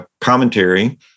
commentary